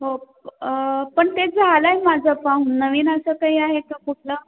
हो पण ते झालं आहे माझं पाहून नवीन असं काही आहे का कुठलं